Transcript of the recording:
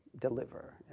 deliver